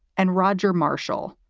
and roger marshall,